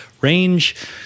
range